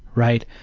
right?